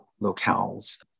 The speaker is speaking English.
locales